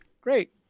Great